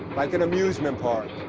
like an amusement park.